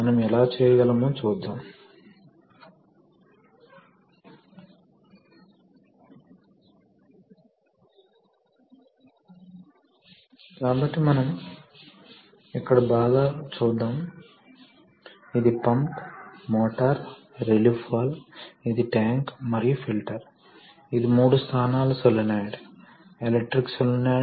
మరోవైపు gear pump లను చూడండి గేర్ పంపులలో మీరు మెష్ చేసిన గేర్లు ఉన్నాయి కాబట్టి ఏమి జరుగుతుందంటే ఈ గేర్లు తిరిగేటప్పుడు ఈ జోన్లో చూడండి ఈ టీత్ ఈ విధంగా కదులుతున్నాయి